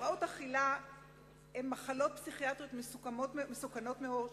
הפרעות אכילה הן מחלות פסיכיאטריות מסוכנות מאוד,